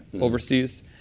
overseas